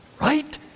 right